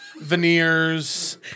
veneers